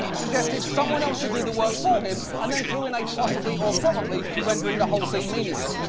suggested someone else should do the work for him, and then, threw in a possibly or probably, rendering the whole thing meaningless.